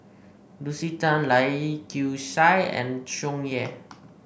Lucy Tan Lai Kew Chai and Tsung Yeh